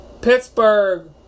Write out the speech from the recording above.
Pittsburgh